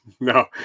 No